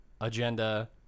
agenda